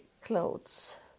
clothes